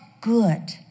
good